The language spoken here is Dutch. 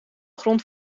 grond